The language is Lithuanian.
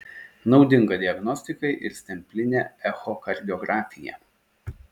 naudinga diagnostikai ir stemplinė echokardiografija